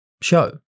show